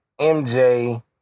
MJ